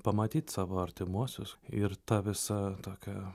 pamatyt savo artimuosius ir ta visa tokia